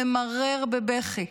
ממרר בבכי.